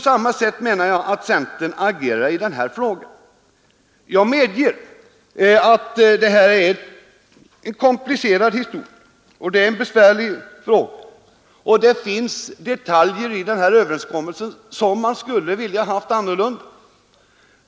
Centern agerar som sagt på samma sätt i denna fråga, som jag dock medger är mycket komplicerad och svår. Det finns också detaljer i den träffade överenskommelsen som man skulle velat ha annorlunda.